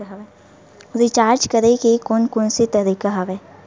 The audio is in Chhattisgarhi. रिचार्ज करे के कोन कोन से तरीका हवय?